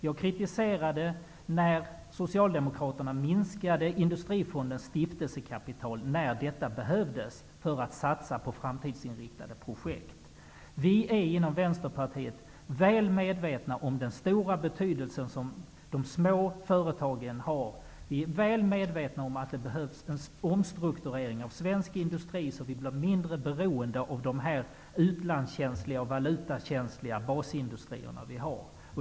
Jag var kritisk till att Socialdemokraterna minskade Industrifondens stiftelsekapital när detta behövdes för satsningar på framtidsinriktade projekt. Vi är inom Vänsterpartiet väl medvetna om den stora betydelse som de små företagen har. Vi är väl medvetna om att det behövs en omstrukturering av svensk industri, så att vi blir mindre beroende av de utlandskänsliga och valutakänsliga basindustrier som vi har.